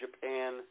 Japan